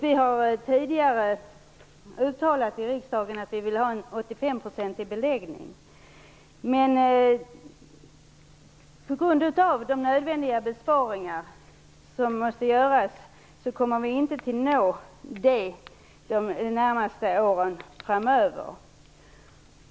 Vi har tidigare från riksdagen uttalat att vi vill ha en 85-procentig beläggning, men på grund av besparingar som måste göras kommer vi inte att nå det målet under de närmaste åren framöver.